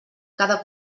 cada